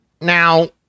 Now